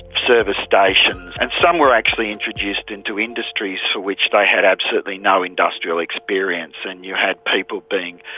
service stations, and some were actually introduced into industries for which they had absolutely no industrial experience, and you had people being,